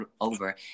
over